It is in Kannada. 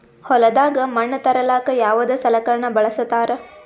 ಹೊಲದಾಗ ಮಣ್ ತರಲಾಕ ಯಾವದ ಸಲಕರಣ ಬಳಸತಾರ?